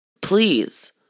Please